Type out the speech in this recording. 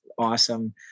awesome